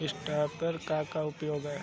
Straw reaper क का उपयोग ह?